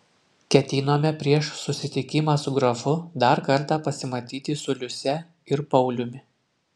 ketinome prieš susitikimą su grafu dar kartą pasimatyti su liuse ir pauliumi